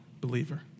believer